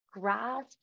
grasp